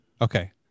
Okay